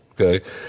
Okay